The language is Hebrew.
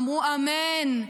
אמרו אמן.